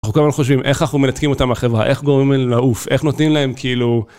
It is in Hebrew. אנחנו כל הזמן חושבים איך אנחנו מנתקים אותם מחברה, איך גורמים אליהם לעוף, איך נותנים להם כאילו...